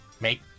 Make